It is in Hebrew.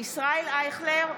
ישראל אייכלר,